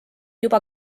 juba